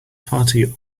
party